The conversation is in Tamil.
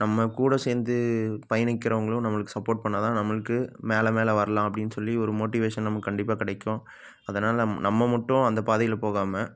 நம்ம கூட சேர்ந்து பயணிக்கிறவங்களும் நம்மளுக்கு சப்போர்ட் பண்ணால் தான் நம்மளுக்கு மேலே மேலே வரலாம் அப்படின்னு சொல்லி ஒரு மோட்டிவேஷன் நமக்குக் கண்டிப்பாக கிடைக்கும் அதனால் நம்ம மட்டும் அந்தப் பாதையில் போகாமல்